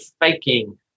faking